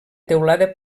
teulada